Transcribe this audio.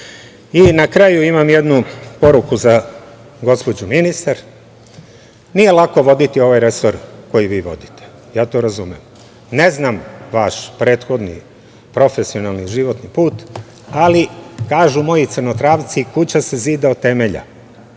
kraju, imam jednu poruku za gospođu ministar. Nije lako voditi ovaj resor koji vi vodite. Ja to razumem. Ne znam vaš prethodni profesionalni životni put, ali kažu moji Crnotravci – kuća se zida od temelja.